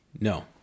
No